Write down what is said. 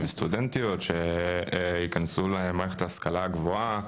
וסטודנטיות שיכנסו למערכת ההשכלה הגבוה,